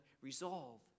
resolve